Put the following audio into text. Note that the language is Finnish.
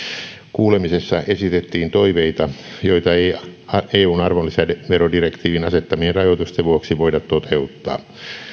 kuulemisessa esitettiin toiveita joita ei eun arvonlisäverodirektiivin asettamien rajoitusten vuoksi voida toteuttaa